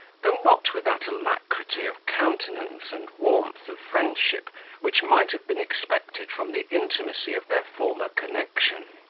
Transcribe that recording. though not with that alacrity of countenance and warmth of friendship which might have been expected from the intimacy of their former connection.